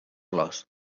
flors